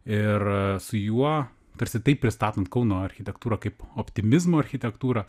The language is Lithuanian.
ir su juo tarsi taip pristatant kauno architektūrą kaip optimizmo architektūrą